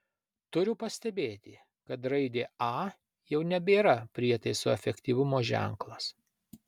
turiu pastebėti kad raidė a jau nebėra prietaiso efektyvumo ženklas